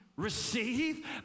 receive